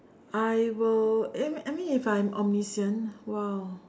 I will aim I mean if I'm omniscient !wow!